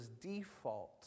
default